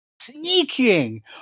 sneaking